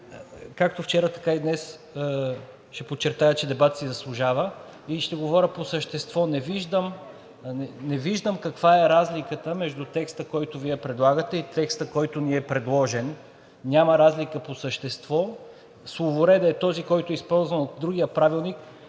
Както вчера, така и днес ще подчертая, че дебатът си заслужава и ще говоря по същество. Не виждам каква е разликата между текста, който Вие предлагате, и текста, който ни е предложен. Няма разлика по същество. Словоредът е този, който е използван в другия, предишния